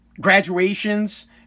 graduations